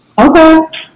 Okay